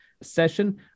session